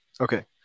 Okay